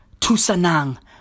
Tusanang